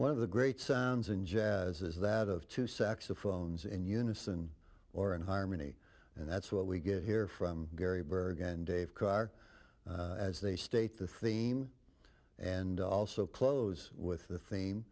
one of the great sounds in jazz is that of two saxophones in unison or in harmony and that's what we get here from gary berg and dave car as they state the theme and also close with the theme